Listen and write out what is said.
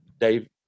Dave